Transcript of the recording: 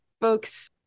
folks